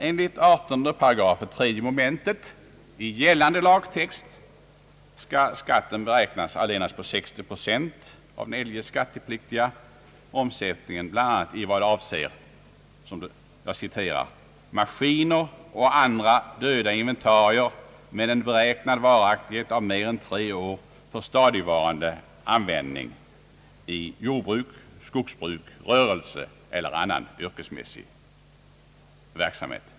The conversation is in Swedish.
Enligt 18 § 3 mom. i gällande lagtext skall skatten beräknas allenast på 60 procent av den eljest skattepliktiga omsättningen, bl.a. i vad avser »maskiner och andra döda inventarier med en beräknad varaktighetstid av mer än tre år för stadigvarande användning i jordbruk, skogsbruk, rörelse el ler annan yrkesmässig verksamhet».